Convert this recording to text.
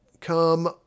come